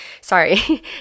sorry